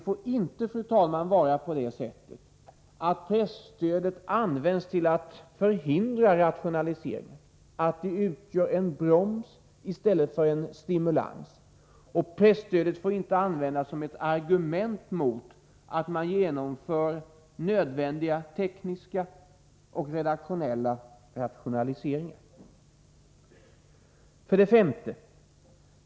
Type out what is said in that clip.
Presstödet får inte användas till att förhindra rationaliseringar, utgöra en broms i stället för en stimulans. Och presstödet får inte användas som ett argument mot att genomföra nödvändiga tekniska och redaktionella rationaliseringar. 5.